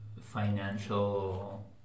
financial